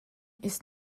ist